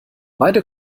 beide